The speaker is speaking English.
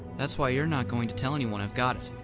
that's why you're not going to tell anyone i've got it.